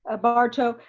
ah barto,